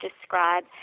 describe